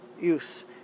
use